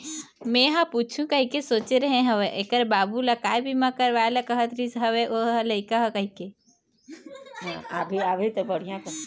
मेंहा पूछहूँ कहिके सोचे रेहे हव ऐखर बाबू ल काय बीमा करवाय ल कहत रिहिस हवय ओ लइका ह कहिके